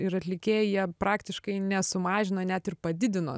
ir atlikėjai jie praktiškai nesumažino net ir padidino